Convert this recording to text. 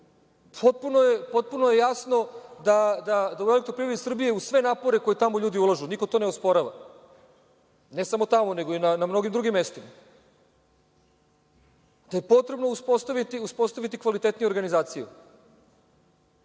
dužnost. Potpuno je jasno da u EPS, uz sve napore koje tamo ljudi ulažu, niko to ne osporava, ne samo tamo, nego i na mnogim drugim mestima, da je potrebno uspostaviti kvalitetniju organizaciju.